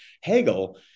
Hegel